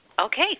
Okay